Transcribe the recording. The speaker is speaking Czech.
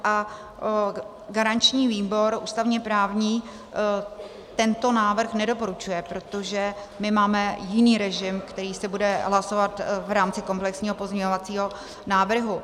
A garanční výbor, ústavněprávní, tento návrh nedoporučuje, protože my máme jiný režim, který se bude hlasovat v rámci komplexního pozměňovacího návrhu.